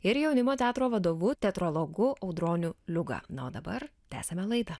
ir jaunimo teatro vadovu teatrologu audroniu liuga na o dabar tęsiame laidą